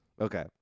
Okay